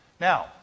Now